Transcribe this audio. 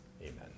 Amen